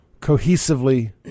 cohesively